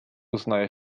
uznaje